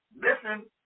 listen